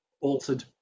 altered